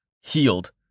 healed